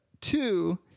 two